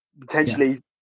potentially